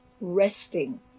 Resting